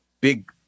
big